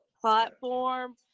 platform